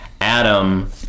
Adam